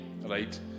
right